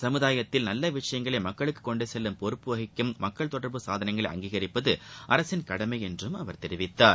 சமுதாயத்தில் நல்ல விஷயங்களை மக்களுக்கு கொண்டு செல்லும் பொறுப்பு வகிக்கும் மக்கள் தொடர்பு சாதனங்களை அங்கீகிப்பது அரசின் கடமை என்றும் அவர் தெரிவித்தார்